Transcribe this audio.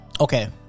okay